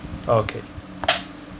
oh okay